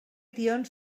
tions